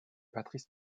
patrice